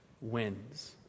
wins